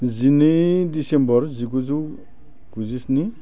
जिनै डिसेम्बर जिगुजौ गुजिस्नि